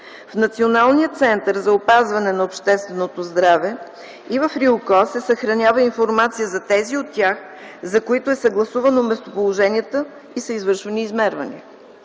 В Националния център за опазване на общественото здраве и в РИОКОЗ се съхранява информация за онези от тях, за които е съгласувано местоположението и са извършени измервания.